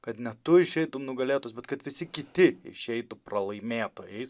kad ne tu išeitum nugalėtojas bet kad visi kiti išeitų pralaimėtojais